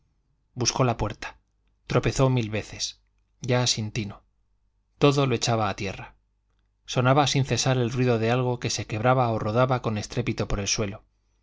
buscó la puerta tropezó mil veces ya sin tino todo lo echaba a tierra sonaba sin cesar el ruido de algo que se quebraba o rodaba con estrépito por el suelo